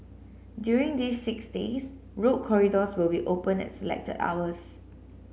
during these six days road corridors will be open at selected hours